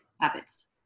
habits